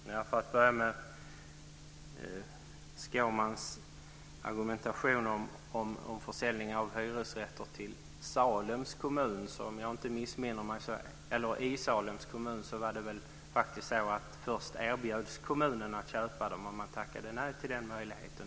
Fru talman! När det gäller Carl-Erik Skårmans argumentation kring försäljningen av hyresrätter i Salems kommun var det väl så att kommunen först erbjöds att köpa men att man tackade nej till den möjligheten.